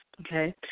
Okay